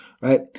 Right